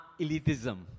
elitism